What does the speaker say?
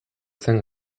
zen